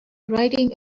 writing